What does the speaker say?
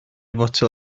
fotel